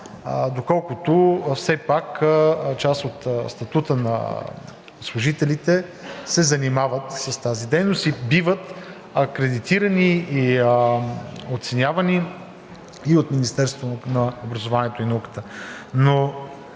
доколкото все пак част от статута на служителите е да се занимават с тази дейност и биват акредитирани и оценявани и от Министерството на образованието и науката.